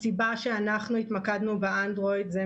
הסיבה שאנחנו התמקדנו באנדרואיד היא,